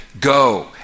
Go